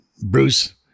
Bruce